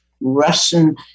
Russian